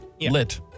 lit